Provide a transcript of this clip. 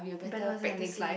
better person in the next life